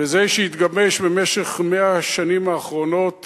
וזה שהתגבש במשך 100 השנים האחרונות